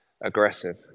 aggressive